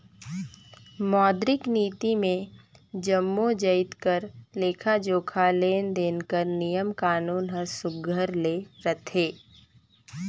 मौद्रिक नीति मे जम्मो जाएत कर लेखा जोखा, लेन देन कर नियम कानून हर सुग्घर ले रहथे